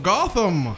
Gotham